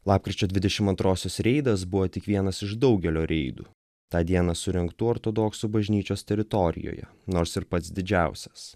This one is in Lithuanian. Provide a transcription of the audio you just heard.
lapkričio dvidešim antrosios reidas buvo tik vienas iš daugelio reidų tą dieną surengtų ortodoksų bažnyčios teritorijoje nors ir pats didžiausias